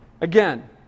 Again